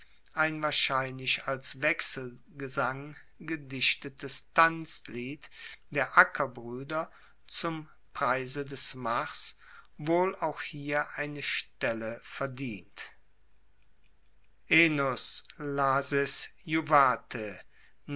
ein wahrscheinlich als wechselgesang gedichtetes tanzlied der ackerbrueder zum preise des mars wohl auch hier eine stelle verdient